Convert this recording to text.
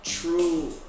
true